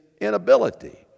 inability